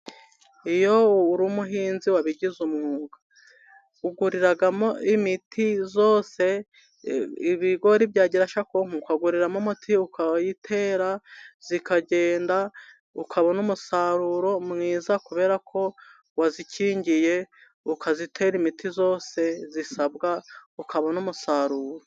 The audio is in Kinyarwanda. Iyo uri umuhinzi wabigize umwuga uguriramo imiti yose, ibigori byagira nkonga ukaguriramo amuti ukayitera, ikagenda ukabona umusaruro mwiza kubera ko wabikingiye, ukabitera imiti yose isabwa ukabona umusaruro.